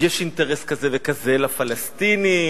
יש אינטרס כזה וכזה לפלסטינים.